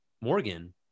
Morgan